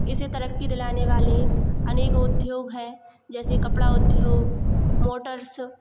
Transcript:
इसी तरक्की दिलाने वाले अनेकों उद्योग हैं जैसे कपड़ा उद्योग मोटर्स